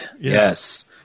Yes